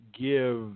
give